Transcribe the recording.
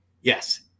Yes